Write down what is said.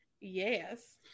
Yes